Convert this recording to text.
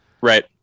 Right